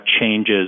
changes